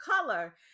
color